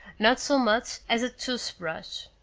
not so much as a toothbrush.